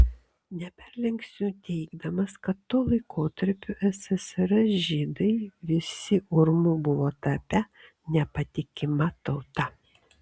neperlenksiu teigdamas kad tuo laikotarpiu ssrs žydai visi urmu buvo tapę nepatikima tauta